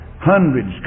Hundreds